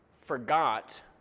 forgot